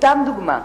סתם דוגמה.